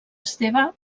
esteve